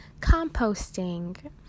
composting